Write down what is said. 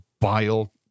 bile